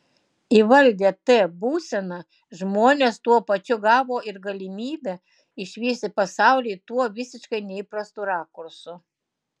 įvaldę t būseną žmonės tuo pačiu gavo ir galimybę išvysti pasaulį tuo visiškai neįprastu rakursu